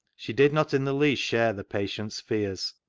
she did not in the least share the patient's fears,